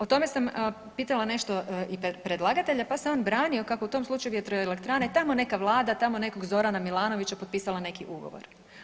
O tome sam pitala nešto i predlagatelja pa se on branio kako u tom slučaju vjetroelektrane tamo neka vlada, tamo nekog Zorana Milanovića potpisala neki ugovor.